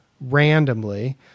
randomly